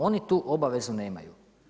Oni tu obavezu nemaju.